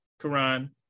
Quran